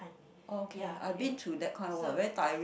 ya it so